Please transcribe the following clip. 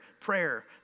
prayer